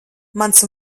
mans